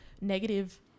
negative